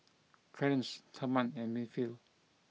Clarnce Therman and Winfield